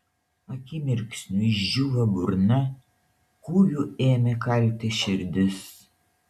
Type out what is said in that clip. akimirksniu išdžiūvo burna kūju ėmė kalti širdis